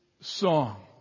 song